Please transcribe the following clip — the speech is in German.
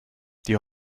die